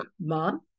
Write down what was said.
mom